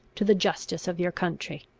to the justice of your country.